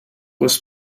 was